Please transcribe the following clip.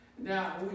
Now